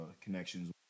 Connections